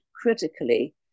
critically